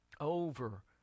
over